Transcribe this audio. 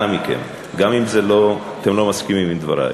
אנא מכם, גם אם אתם לא מסכימים עם דברי.